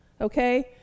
Okay